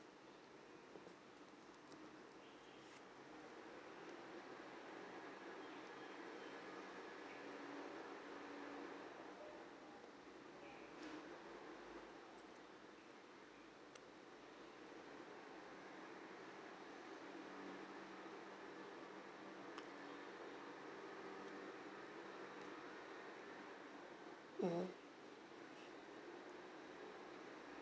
mm